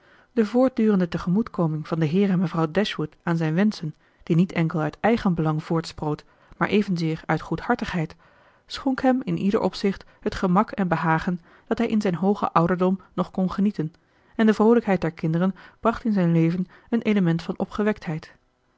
de voortdurende tegemoetkoming van den heer en mevrouw dashwood aan zijne wenschen die niet enkel uit eigenbelang voortsproot maar evenzeer uit goedhartigheid schonk hem in ieder opzicht het gemak en behagen dat hij in zijn hoogen ouderdom nog kon genieten en de vroolijkheid der kinderen bracht in zijn leven een element van opgewektheid